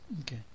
okay